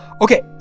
Okay